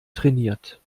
trainiert